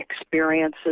experiences